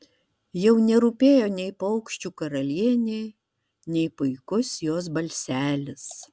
jau nerūpėjo nei paukščių karalienė nei puikus jos balselis